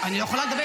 זו הזיה.